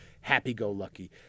happy-go-lucky